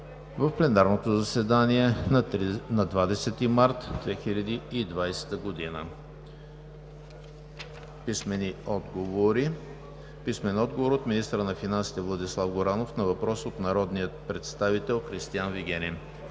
в пленарното заседание на 20 март 2020 г. Писмени отговори от: - министъра на финансите Владислав Горанов на въпрос от народния представител Кристиян Вигенин;